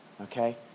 okay